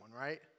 right